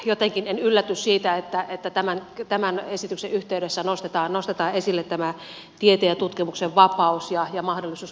jotenkin en ylläty siitä että tämän esityksen yhteydessä nostetaan esille tämä tieteen ja tutkimuksen vapaus ja mahdollisuus valita aiheet